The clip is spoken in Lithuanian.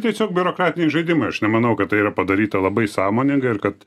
tiesiog biurokratiniai žaidimai aš nemanau kad tai yra padaryta labai sąmoningai ar kad